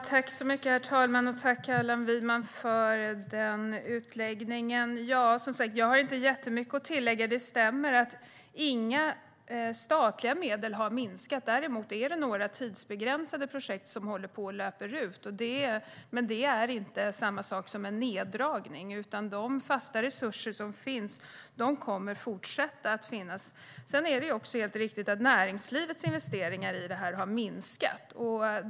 Herr talman! Tack, Allan Widman, för den utläggningen. Jag har inte jättemycket att tillägga. Det stämmer att inga statliga medel har minskat. Däremot är det några tidsbegränsade projekt som håller på att löpa ut. Men det är inte samma sak som en neddragning. De fasta resurser som finns kommer att fortsätta att finnas. Det är också helt riktigt att näringslivets investeringar i detta har minskat.